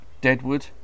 deadwood